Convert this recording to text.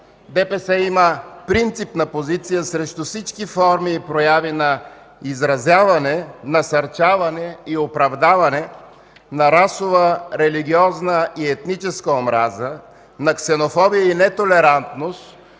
ДПС има принципна позиция срещу всички форми и прояви на изразяване, насърчаване и оправдаване на расова, религиозна и етническа омраза, на ксенофобия и нетолерантност,